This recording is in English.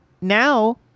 now